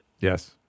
Yes